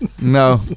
No